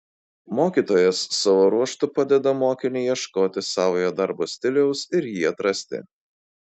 mokytojas savo ruožtu padeda mokiniui ieškoti savojo darbo stiliaus ir jį atrasti